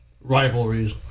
rivalries